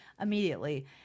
immediately